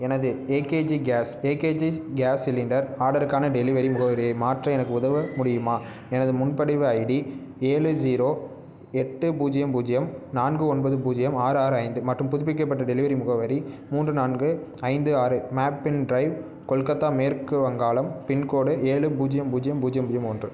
எனது AKG gas AKG gas cylinder ஆர்டருக்கான delivery முகவரியை மாற்ற எனக்கு உதவ முடியுமா எனது முன்பதிவு ஐடி ஏழு ஜீரோ எட்டு பூஜ்யம் பூஜ்யம் நான்கு ஒன்பது பூஜ்யம் ஆறு ஆறு ஐந்து மற்றும் புதுப்பிக்கப்பட்ட டெலிவரி முகவரி மூன்று நான்கு ஐந்து ஆறு மேப்பின் ட்ரைவ் கொல்கத்தா மேற்கு வங்காளம் பின்கோடு ஏழு பூஜ்யம் பூஜ்யம் பூஜ்யம் பூஜ்யம் ஒன்று